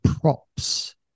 props